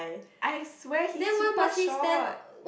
I swear he super short